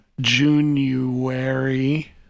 January